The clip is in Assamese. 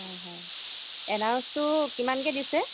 হয় হয় আনাৰসটো কিমানকৈ দিছে